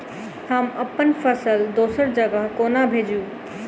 हम अप्पन फसल दोसर जगह कोना भेजू?